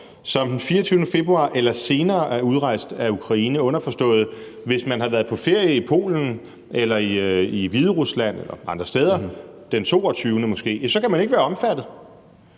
som den 24. februar eller senere er udrejst af Ukraine, underforstået, at hvis man har været på ferie i Polen eller i Hviderusland eller andre steder den 22. februar, kan man ikke være omfattet.